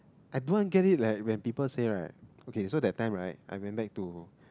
I don't want get it leh when people said right okay so that time right I went back to